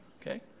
Okay